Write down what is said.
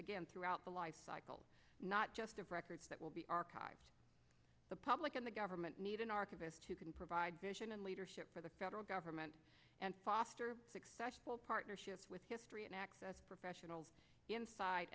again throughout the lifecycle not just of records that will be archived the public and the government need an archivist who can provide vision and leadership for the federal government and foster successful partnership with history and access professionals inside